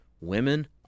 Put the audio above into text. Women